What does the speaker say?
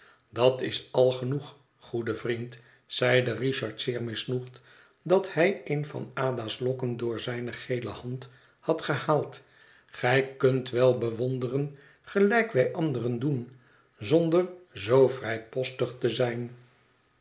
dat is al genoeg goede vriend zeide richard zeer misnoegd dat hij een van ada's lokken door zijne gele hand had gehaald gij kunt wel bewonderen gelijk wij anderen doen zonder zoo vrijpostig te zijn